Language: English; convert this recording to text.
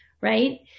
right